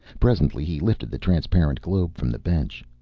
presently he lifted the transparent globe from the bench.